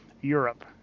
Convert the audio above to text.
Europe